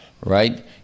right